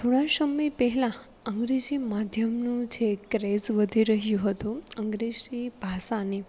થોડા સમય પહેલાં અંગ્રેજી માધ્યમનો જે એક ક્રેઝ વધી રહ્યો હતો અંગ્રેજી ભાષાને